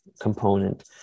component